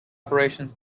operations